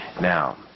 now